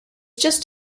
just